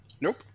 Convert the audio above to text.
nope